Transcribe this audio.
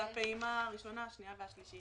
זו הפעימה הראשונה, השנייה והשלישית.